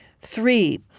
Three